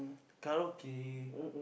karaoke